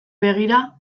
begira